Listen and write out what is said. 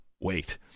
Wait